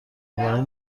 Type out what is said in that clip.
قربانی